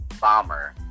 bomber